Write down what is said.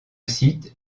site